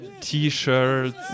t-shirts